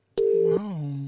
Wow